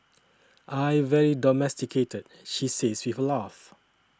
I very domesticated she says with a laugh